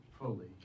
fully